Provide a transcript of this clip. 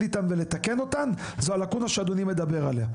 איתן ולהתמודד איתן זאת הלקונה שאדוני מדבר עליה.